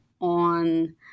on